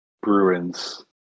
Bruins